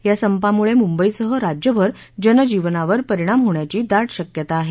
या संपांमुळे मुंबईसह राज्यभर जनजीवनावर परिणाम होण्याची दाट शक्यता आहे